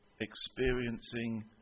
experiencing